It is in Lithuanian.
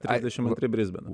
trisdešimt antri brisbenas